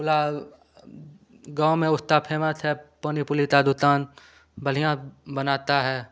पूरा गाँव में उसका फेमस है पानी पूरी का दुकान बढ़िया बनाता है